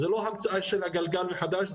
זו לא המצאה של הגלגל מחדש,